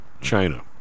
China